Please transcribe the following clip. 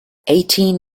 eighteen